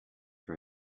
for